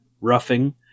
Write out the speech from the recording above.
roughing